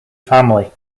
family